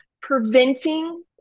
preventing